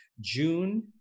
June